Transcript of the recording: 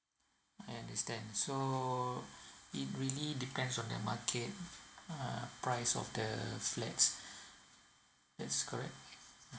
I understand so it really depends on the market uh price of the flats that's correct mm